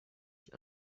die